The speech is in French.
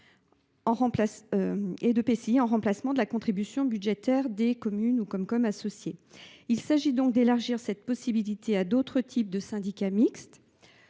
et d’EPCI, en remplacement de la contribution budgétaire des communes ou des communautés de communes associées. Il s’agit donc d’étendre cette possibilité à d’autres types de syndicats mixtes.